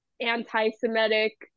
anti-Semitic